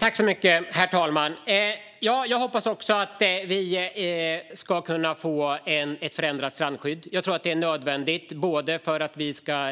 Herr talman! Jag hoppas också att vi ska kunna få ett förändrat strandskydd. Jag tror att det är nödvändigt, både för att